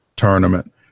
Tournament